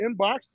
inbox